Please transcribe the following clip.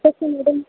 तसं मॅडम